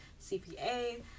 CPA